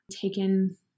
taken